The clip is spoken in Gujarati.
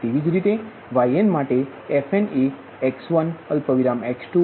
એ જ રીતે ynમાટે fnએ x1 x2